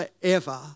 forever